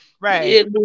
Right